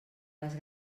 les